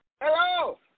Hello